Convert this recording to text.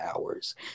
hours